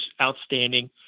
outstanding